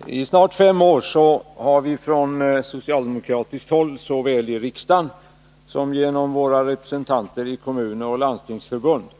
Herr talman! I snart fem år har vi från socialdemokratiskt håll såväl i riksdagen som genom våra representanter i Kommunförbundet och Landstingsförbundet